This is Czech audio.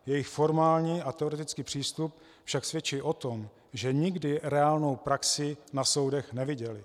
Jejich formální a teoretický přístup však svědčí o tom, že nikdy reálnou praxi na soudech neviděli.